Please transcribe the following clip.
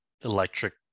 electric